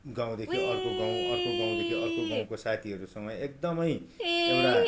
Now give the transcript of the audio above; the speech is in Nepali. गाउँदेखि अर्को गाउँ अर्को गाउँदेखि अर्को गाउँको साथीहरूसँग एकदमै एउटा